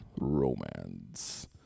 Romance